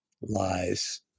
lies